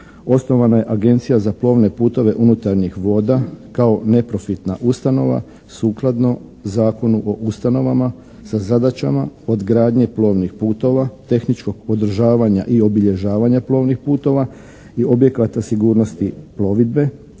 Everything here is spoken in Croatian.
osnovana je Agencija za plovne putove unutarnjih voda kao neprofitna ustanova sukladno Zakonu o ustanovama, sa zadaćama od gradnje plovnih putova, tehničkog podržavanja i obilježavanja plovnih putova i objekata sigurnosti plovidbe,